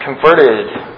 converted